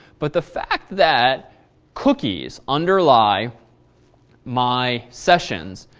but the fact that cookies underlie my sessions,